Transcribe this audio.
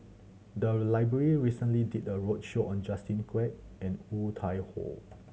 the library recently did a roadshow on Justin Quek and Woon Tai Ho